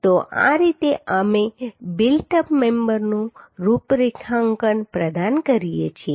તો આ રીતે અમે બિલ્ટ અપ મેમ્બરનું રૂપરેખાંકન પ્રદાન કરીએ છીએ